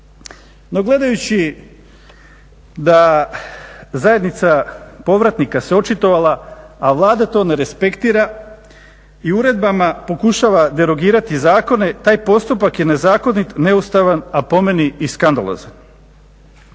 No gledajući da zajednica povratnika se očitovala, a Vlada to ne respektira i uredbama pokušava derogirati zakone, taj postupak je nezakonit, neustavan, a po meni i skandalozan.